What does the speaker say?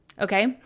okay